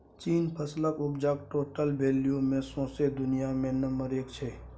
चीन फसलक उपजाक टोटल वैल्यू मे सौंसे दुनियाँ मे नंबर एक छै